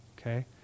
Okay